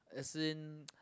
as in